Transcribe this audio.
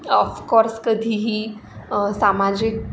of course कधीही सामाजिक